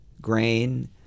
grain